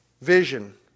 Vision